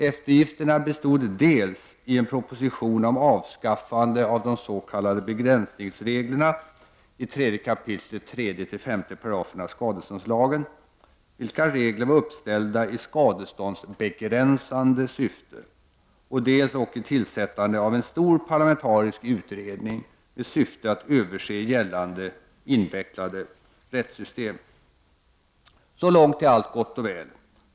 Eftergifterna bestod dels i en propositon om avskaffande av de s.k. begränsningsreglerna i 3 kap. 3-5 §§ skadeståndslagen — de reglerna var uppställda i skadeståndsbegränsande syfte — dels också i tillsättande av en stor parlamentarisk utredning med syfte att överse gällande, invecklade rättssystem. Så långt är allt gott och väl.